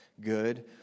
good